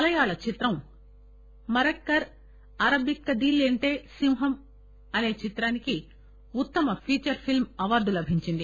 మలయాళ చిత్రం మరక్కర్ అరబిక్కుదిలెంటె సింహం చిత్రానికి ఉత్తమ ఫీచర్ ఫిలిం అవార్గు లభించింది